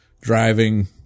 driving